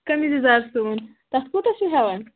کٔمیٖز یزار سُوُن تَتھ کوٗتاہ چھُو ہٮ۪وان